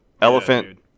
elephant